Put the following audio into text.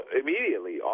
immediately